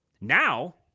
Now